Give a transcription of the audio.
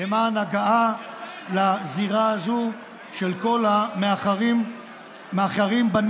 למען הגעה לזירה הזו של כל המאחרים בנשף.